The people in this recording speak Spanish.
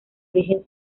origen